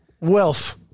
Wealth